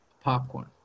popcorn